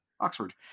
Oxford